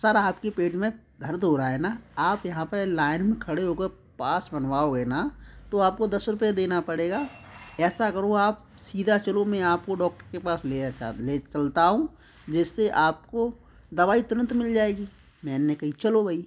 sir आपके पेट में दर्द हो रहा है ना आप यहाँ पर लाइन में खड़े होकर पास बनवाओगे ना तो आपको दस रुपये देना पड़ेगा ऐसा करो आप सीधा चलो मैं आपको डॉक्टर के पास ले जाता ले चलता हूँ जिससे आपको दवाई तुरंत मिल जाएगी मैंने कही चलो भाई